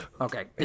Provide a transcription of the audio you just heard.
Okay